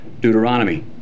Deuteronomy